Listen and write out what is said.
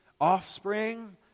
Offspring